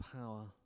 power